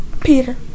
Peter